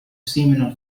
seminal